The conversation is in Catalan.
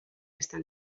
estan